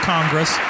Congress